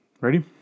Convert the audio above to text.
Ready